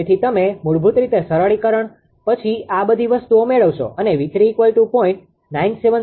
તેથી તમે મૂળભૂત રીતે સરળીકરણ પછી આ બધી વસ્તુઓ મેળવશો અને 𝑉3 0